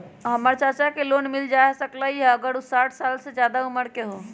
हमर चाचा के लोन मिल जा सकलई ह अगर उ साठ साल से जादे उमर के हों?